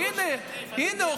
כי הינה,